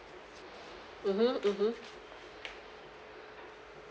mmhmm mmhmm